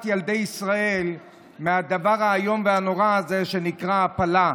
ילדי ישראל מהדבר האיום והנורא הזה שנקרא הפלה,